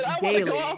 daily